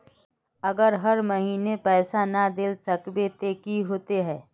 अगर हर महीने पैसा ना देल सकबे ते की होते है?